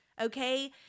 Okay